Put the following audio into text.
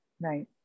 Right